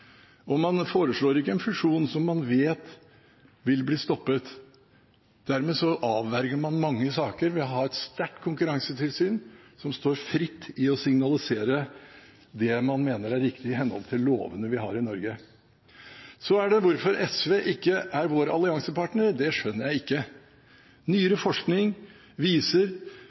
Og man foreslår ikke en fusjon som man vet vil bli stoppet. Dermed avverger man mange saker ved å ha et sterkt konkurransetilsyn som står fritt til å signalisere det man mener er riktig i henhold til lovene vi har i Norge. Hvorfor SV ikke er vår alliansepartner, skjønner jeg ikke. Nyere forskning viser at en effektiv konkurransepolitikk er kanskje det mest effektive virkemiddelet vi